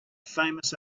famous